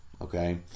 okay